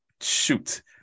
Shoot